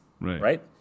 right